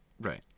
Right